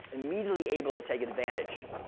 immediately able to take advantage.